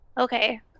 Okay